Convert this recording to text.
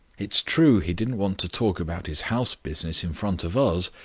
it's true he didn't want to talk about his house business in front of us.